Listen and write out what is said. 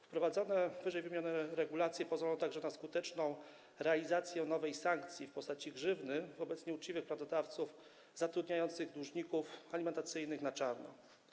Wprowadzone ww. regulacje pozwolą także na skuteczną realizację nowej sankcji w postaci grzywny wobec nieuczciwych pracodawców zatrudniających dłużników alimentacyjnych na czarno.